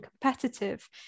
competitive